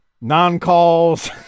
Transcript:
non-calls